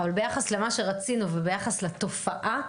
אבל ביחס למה שרצינו וביחס לתופעה,